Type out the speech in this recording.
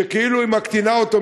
שכאילו היא מקטינה אותו,